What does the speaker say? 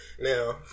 Now